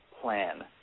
plan